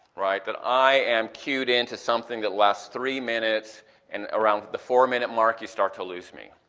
right? that i am queued in to something that lasts three minutes and around the four minute mark you start to lose me,